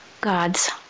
God's